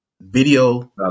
Video